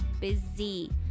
busy